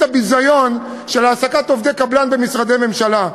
הביזיון של העסקת עובדי קבלן במשרדי ממשלה.